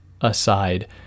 aside